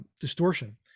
distortion